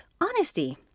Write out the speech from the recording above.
honesty